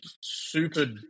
super